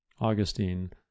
Augustine